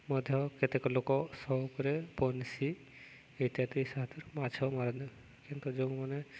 ମଧ୍ୟ କେତେକ ଲୋକ ସଉକରେ ବନସି ଇତ୍ୟାଦି ସାଥିରେ ମାଛ ମାରନ୍ତି କିନ୍ତୁ ଯେଉଁମାନେ